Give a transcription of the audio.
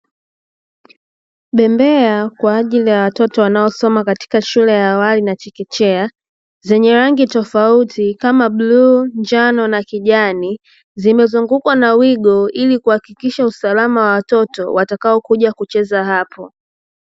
Bembea kwa ajili ya watoto wanaosoma shule ya awali na chekechea zenye rangi tofauti kama bluu, njano na kijani zimezungukwa na wigo ili kuhakikisha usalama wa watoto watakaokuja kucheza hapo.